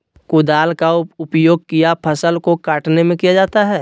कुदाल का उपयोग किया फसल को कटने में किया जाता हैं?